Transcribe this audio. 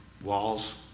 walls